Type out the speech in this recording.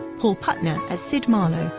paul putner as sid marlowe,